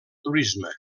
turisme